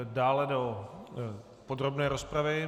Dále do podrobné rozpravy...